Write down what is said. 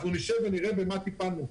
אנחנו נשב ונראה במה טיפלנו.